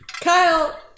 Kyle